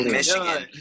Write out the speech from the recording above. Michigan